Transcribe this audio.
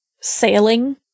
sailing